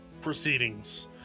proceedings